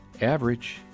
average